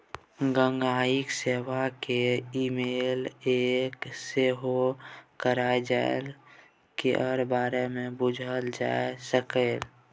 गांहिकी सेबा केँ इमेल कए सेहो करजा केर बारे मे बुझल जा सकैए